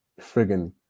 friggin